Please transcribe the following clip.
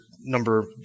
number